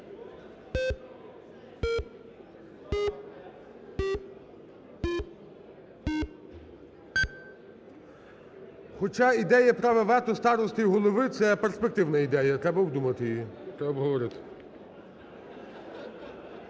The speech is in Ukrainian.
Хоча ідея права вето старости і голови – це перспективна ідея, треба обдумати її, треба обговорити.